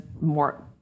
more